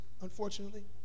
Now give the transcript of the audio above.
unfortunately